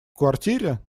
квартире